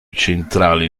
centrali